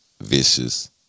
Vicious